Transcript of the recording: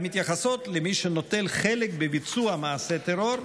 המתייחסות למי שנוטל חלק בביצוע מעשה טרור,